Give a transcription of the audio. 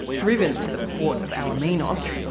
driven to the port of alaminos,